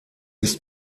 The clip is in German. ist